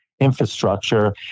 infrastructure